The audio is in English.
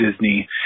Disney